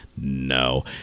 No